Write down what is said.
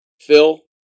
Phil